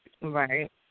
Right